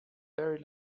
very